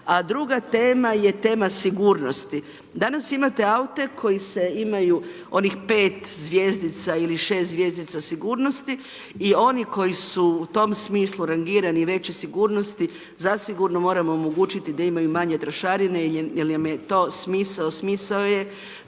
a druga tema je tema sigurnosti. Danas imate aute, koji imaju onih 5 zvjezdica ili 6 zvjezdica sigurnosti i oni koji su u tom smislu rangirani veće sigurnosti, zasigurno moramo omogućiti da imaju manje trošarine, jer nam je to smisao. Smisao je